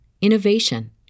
innovation